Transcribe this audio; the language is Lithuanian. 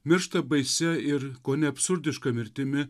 miršta baisia ir kone absurdiška mirtimi